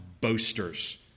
boasters